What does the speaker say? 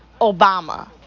Obama